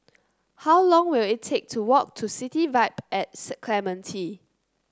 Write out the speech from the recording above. how long will it take to walk to City Vibe and Clementi